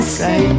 say